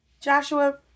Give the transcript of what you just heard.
Joshua